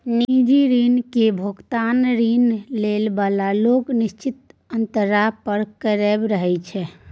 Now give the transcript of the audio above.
निजी ऋण केर भोगतान ऋण लए बला लोक निश्चित अंतराल पर करैत रहय छै